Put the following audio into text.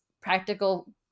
practical